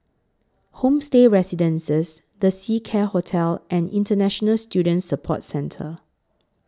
Homestay Residences The Seacare Hotel and International Student Support Centre